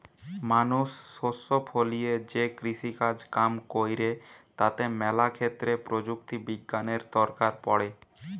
মানুষ শস্য ফলিয়ে যে কৃষিকাজ কাম কইরে তাতে ম্যালা ক্ষেত্রে প্রযুক্তি বিজ্ঞানের দরকার পড়ে